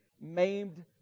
maimed